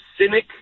cynic